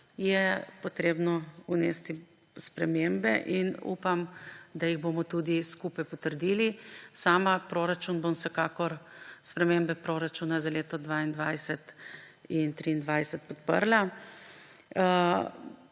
je potrebno vnesti spremembe. Upam, da jih bomo tudi skupaj potrdili. Sama bom vsekakor spremembe proračuna za leti 2022 in 2023 podprla.